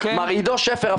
מר עידו שפר,